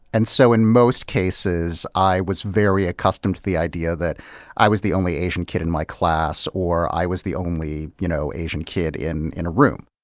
and so in most cases i was very accustomed to the idea that i was the only asian kid in my class or i was the only, you know, asian kid in in a room.